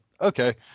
Okay